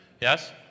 Yes